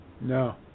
No